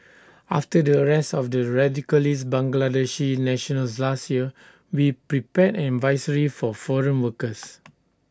after the arrest of the radicalised Bangladeshi nationals last year we prepared an advisory for foreign workers